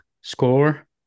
score